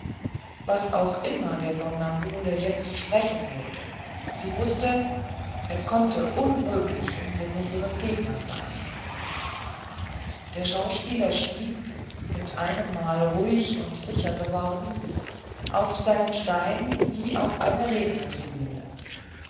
was auch immer der somnambule jetzt sprechen würde sie wußte es konnte unmöglich im sinne ihres gegners sein der schauspieler stieg mit einemmal ruhig und sicher geworden auf seinen stein wie auf eine